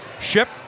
ship